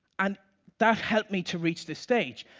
and that helped me to reach this stage.